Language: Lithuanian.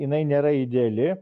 jinai nėra ideali